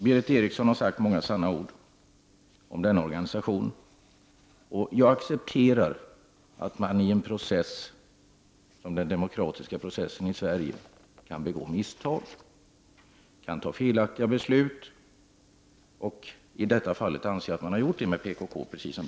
Berith Eriksson har sagt många sanna ord om PKK. Jag accepterar att man i den demokratiska processen i Sverige kan begå misstag och fatta felaktiga beslut, och jag anser liksom Berith Eriksson att man har gjort det när det gäller PKK.